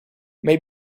may